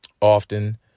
often